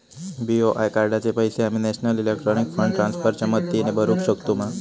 BOI कार्डाचे पैसे आम्ही नेशनल इलेक्ट्रॉनिक फंड ट्रान्स्फर च्या मदतीने भरुक शकतू मा?